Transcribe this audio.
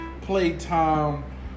playtime